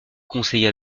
conseilla